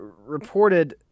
reported